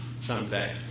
someday